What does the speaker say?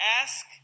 ask